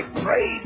pray